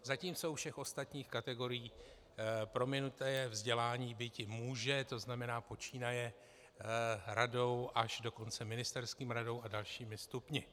Zatímco u všech ostatních kategorií prominuté je vzdělání, byť může, to znamená počínaje radou až ministerským radou a dalšími stupni.